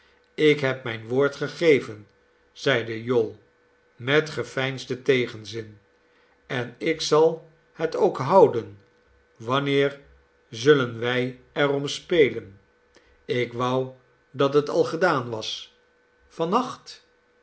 ik heb mijn woord gegeven zeide jowl met geveinsden tegenzin en ik zal het ook houden wanneer zullen wij er om spelen ik wou dat het al gedaan was